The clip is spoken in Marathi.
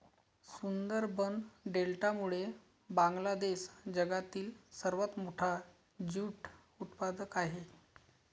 सुंदरबन डेल्टामुळे बांगलादेश जगातील सर्वात मोठा ज्यूट उत्पादक आहे